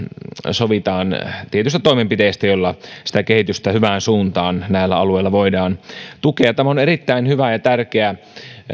sovitaan tietyistä toimenpiteistä joilla sitä kehitystä hyvään suuntaan näillä alueilla voidaan tukea tämä on erittäin hyvä ja tärkeä